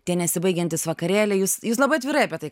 tie nesibaigiantys vakarėliai jus jūs labai atvirai apie tai